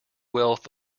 wealth